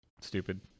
stupid